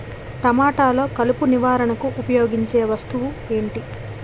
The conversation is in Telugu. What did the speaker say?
టమాటాలో కలుపు నివారణకు ఉపయోగించే వస్తువు ఏంటి?